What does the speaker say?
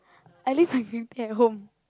I leave my green tea at home